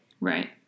Right